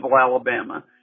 Alabama